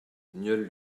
nieul